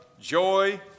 joy